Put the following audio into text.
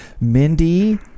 Mindy